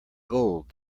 gold